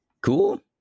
cool